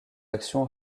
actions